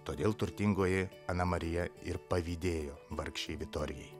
todėl turtingoji ana marija ir pavydėjo vargšei vitorijai